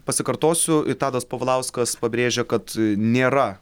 pasikartosiu tadas povilauskas pabrėžia kad nėra